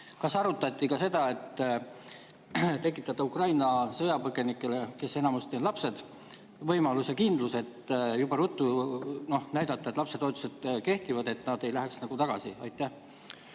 Kas arutati ka seda, et tekitada Ukraina sõjapõgenikele, kes enamasti on lapsed, võimalus ja kindlus, et juba ruttu näidata, et lapsetoetused kerkivad, et nad ei läheks tagasi? Aitäh,